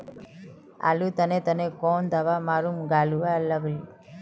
आलूर तने तने कौन दावा मारूम गालुवा लगली?